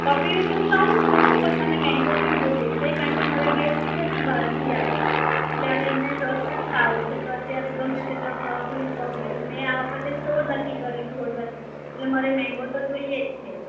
પપૈયું તો હું લઉ જ છું પણ મને મેંગો પણ જોઈએ છે કારણકે મારા ગેસ્ટ છે ને બારથી આયા છે એટલે હવે એમને રસ જ ખાવો છે તો અત્યારે ગમે તેટલા ભાવ હોયને તો બી મેં આ વખતે સ્ટોર નથી કરી ફ્રોઝન એટલે મારે મેંગો તો જોઈએ જ છે